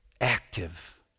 active